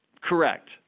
Correct